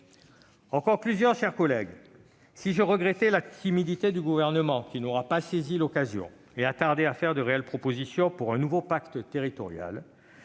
et sérieusement. Chers collègues, si je regrettais la timidité du Gouvernement, qui n'aura pas saisi l'occasion et qui a tardé à faire de réelles propositions pour un nouveau pacte territorial,